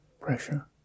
pressure